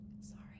Sorry